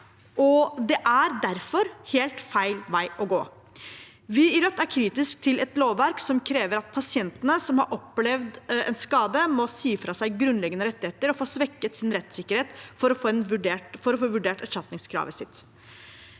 og det er derfor helt feil vei å gå. Vi i Rødt er kritiske til et lovverk som krever at pasienter som har opplevd en skade, må si fra seg grunnleggende rettigheter og få svekket sin rettssikkerhet for å få vurdert erstatningskravet sitt.